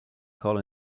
call